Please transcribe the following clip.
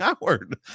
Howard